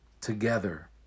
together